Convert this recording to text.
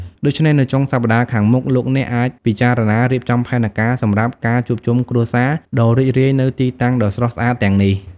ដូច្នេះនៅចុងសប្តាហ៍ខាងមុខ លោកអ្នកអាចពិចារណារៀបចំផែនការសម្រាប់ការជួបជុំគ្រួសារដ៏រីករាយនៅទីតាំងដ៏ស្រស់ស្អាតទាំងនេះ។